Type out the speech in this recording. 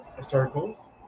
circles